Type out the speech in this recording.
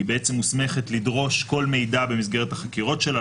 היא מוסמכת לדרוש כל מידע במסגרת החקירות שלה,